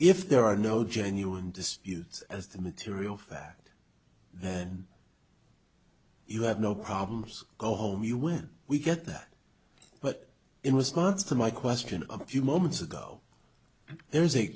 if there are no genuine disputes as the material fact then you have no problems go home you when we get that but in wisconsin my question a few moments ago there is a